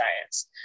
science